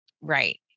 Right